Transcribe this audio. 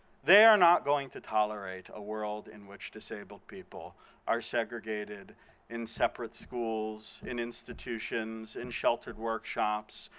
they are not going to tolerate a world in which disabled people are segregated in separate schools, in institutions, in sheltered workshops.